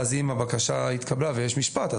ואז אם הבקשה התקבלה ויש משפט,